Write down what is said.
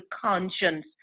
conscience